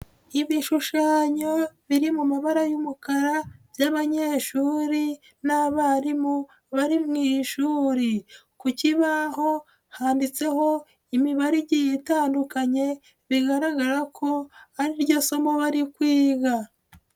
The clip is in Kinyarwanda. Ibishushanyo biri mu mabara y'umukara by'abanyeshuri n'abarimu bari mu ishuri, ku kibaho handitseho imibare igiye itandukanye bigaragara ko ari ryo somo ari kwiga.